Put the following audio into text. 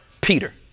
Peter